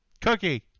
cookie